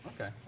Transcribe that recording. okay